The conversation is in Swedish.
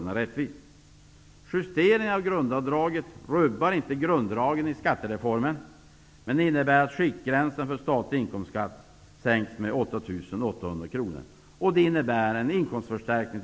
Men han sade aldrig vilken nivå det är. Jag vill fråga honom: Har vi för låg inflation i Sverige, eller har Allan Larsson andra mått i fråga om inflationen?